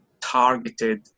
targeted